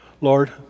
Lord